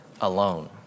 alone